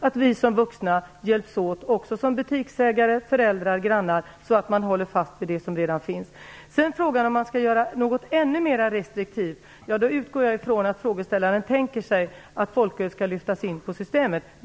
Vi vuxna måste hjälpas åt som butiksägare, föräldrar och grannar så att man håller fast vid det som redan finns. Sedan är frågan om man skall göra någonting ännu mer restriktivt. Jag utgår då ifrån att frågeställaren tänker sig folköl skall lyftas in på Systemet.